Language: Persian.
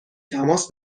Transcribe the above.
تماس